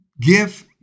Give